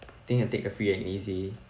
I think I take the free and easy